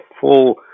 full